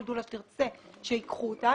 כל דולה שתרצה שייקחו אותה,